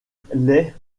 les